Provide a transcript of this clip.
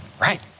Right